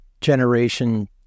generation